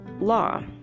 law